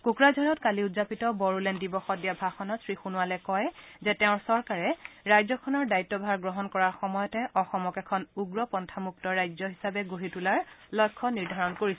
কোকৰাঝাৰত কালি উদযাপিত বড়োলেণ্ড দিৱসত দিয়া ভাষণত শ্ৰী সোণোৱালে কয় যে তেওঁৰ চৰকাৰে ৰাজ্যখনৰ দায়িত্বভাৰ গ্ৰহণ কৰাৰ সময়তে অসমক এখন উগ্ৰপন্থামুক্ত ৰাজ্য হিচাপে গঢ়ি তোলাৰ লক্ষ্য নিৰ্ধাৰণ কৰিছিল